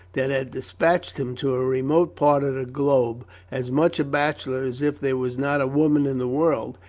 that had despatched him to a remote part of the globe as much a bachelor as if there was not a woman in the world,